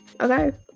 okay